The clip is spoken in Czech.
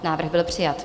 Návrh byl přijat.